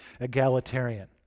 egalitarian